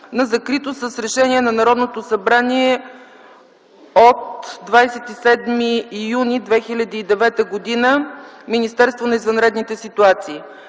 на закрито с Решение на Народното събрание от 27 юни 2009 г. Министерство на извънредните ситуации.